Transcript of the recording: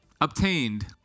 obtained